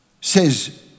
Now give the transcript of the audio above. says